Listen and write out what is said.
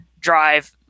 drive